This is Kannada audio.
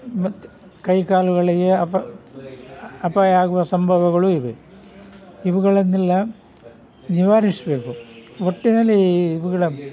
ಮತ್ತೆ ಕೈಕಾಲುಗಳಿಗೆ ಅಪ ಅಪಾಯ ಆಗುವ ಸಂಭವಗಳೂ ಇವೆ ಇವುಗಳನ್ನೆಲ್ಲ ನಿವಾರಿಸಬೇಕು ಒಟ್ಟಿನಲ್ಲಿ ಇವುಗಳ